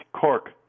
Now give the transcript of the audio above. cork